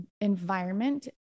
environment